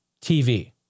TV